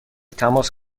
تماس